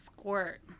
Squirt